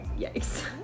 Yikes